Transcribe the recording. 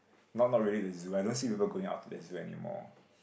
now not really the zoo I don't see people going out to the zoo anymore